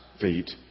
feet